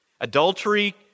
Adultery